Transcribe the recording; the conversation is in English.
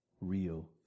real